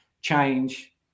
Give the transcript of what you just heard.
change